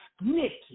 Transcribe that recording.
Nikki